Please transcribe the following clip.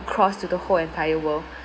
across to the whole entire world